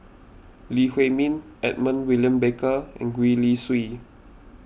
Lee Huei Min Edmund William Barker and Gwee Li Sui